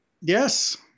Yes